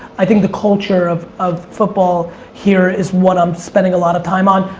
i think the culture of of football here is what i'm spending a lot of time on,